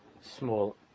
small